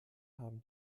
haben